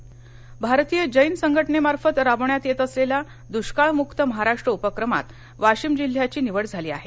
दष्काळ उपक्रम भारतीय जैन संघटनेमार्फत राबविण्यात येत असलेल्या दुष्काळमुक्त महाराष्ट्र उपक्रमात वाशिम जिल्ह्याची निवड झाली आहे